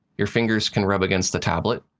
your fingers can rub against the tablet,